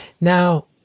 Now